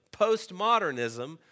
postmodernism